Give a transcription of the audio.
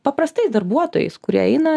paprastais darbuotojais kurie eina